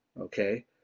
Okay